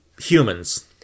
humans